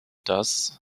dass